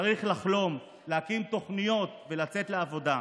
צריך לחלום, להקים תוכניות ולצאת לעבודה.